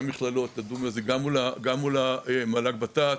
המכללות לדון בזה גם מול המל"ג ות"ת,